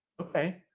Okay